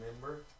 member